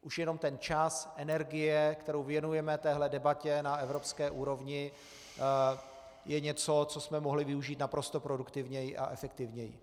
Už jenom ten čas, energie, kterou věnujeme téhle debatě na evropské úrovni, je něco, co jsme mohli využít naprosto produktivněji a efektivněji.